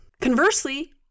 Conversely